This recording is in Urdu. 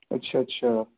اچھا اچھا